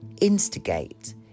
instigate